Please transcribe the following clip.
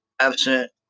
absent